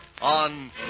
on